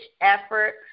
effort